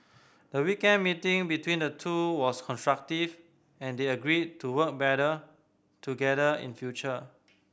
the weekend meeting between the two was constructive and they agreed to work better together in future